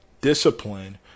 discipline